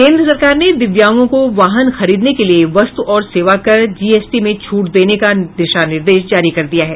केन्द्र सरकार ने दिव्यांगों को वाहन खरीदने के लिए वस्तु और सेवा कर जीएसटी में छूट देने का दिशा निर्देश जारी कर दिया है